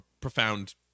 profound